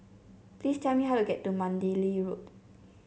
please tell me how to get to Mandalay Road